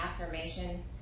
affirmation